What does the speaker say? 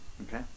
Okay